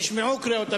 נשמעו קריאות הביניים.